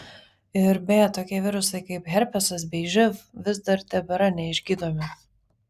ir beje tokie virusai kaip herpesas bei živ vis dar tebėra neišgydomi